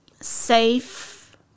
safe